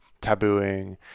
Tabooing